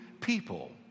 people